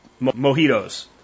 mojitos